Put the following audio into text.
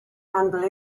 handle